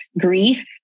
grief